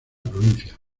provincia